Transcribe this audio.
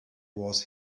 was